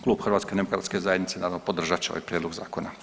Klub Hrvatske demokratske zajednice naravno podržat će ovaj prijedlog zakona.